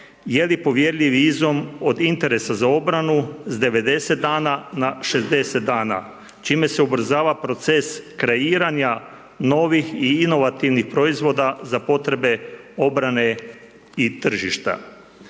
je li povjerljiv izum od interesa za obranu s 90 dana na 60 dana čime se ubrzava proces kreiranja novih i inovativnih proizvoda za potrebe obrane i tržišta.